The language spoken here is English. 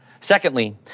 Secondly